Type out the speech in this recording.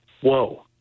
whoa